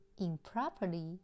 improperly